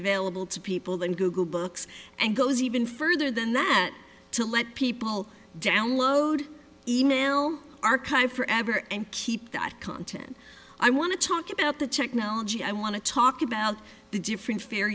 available to people than google books and goes even further than that to let people download email archived forever and keep that content i want to talk about the technology i want to talk about the different f